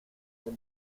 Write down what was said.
del